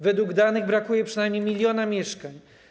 Według danych brakuje przynajmniej miliona mieszkań.